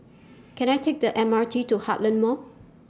Can I Take The M R T to Heartland Mall